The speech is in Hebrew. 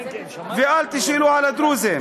ואל תשאלו על הדרוזיים,